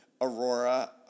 Aurora